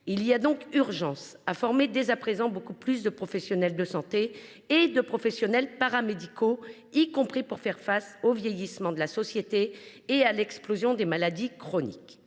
Il y a donc urgence à former dès à présent beaucoup plus de professionnels de santé et de professionnels paramédicaux, y compris pour faire face au vieillissement de la société et à l’explosion des maladies chroniques.